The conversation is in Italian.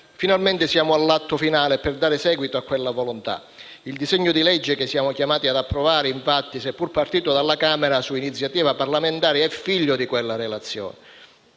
finalmente siamo all'atto finale per dare seguito a quella volontà. Il disegno di legge che siamo chiamati ad approvare, infatti, seppur partito dalla Camera su iniziativa parlamentare, è figlio di quella relazione.